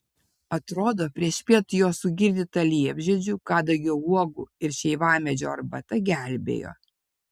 atrodo priešpiet jo sugirdyta liepžiedžių kadagio uogų ir šeivamedžio arbata gelbėjo